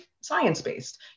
science-based